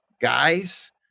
guys